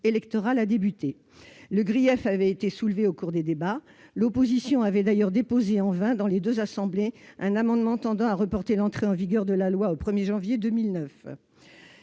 électoral a débuté. Le grief avait été soulevé au cours des débats. L'opposition avait d'ailleurs déposé, en vain, dans les deux assemblées, un amendement tendant à reporter l'entrée en vigueur de la loi au 1 janvier 2009.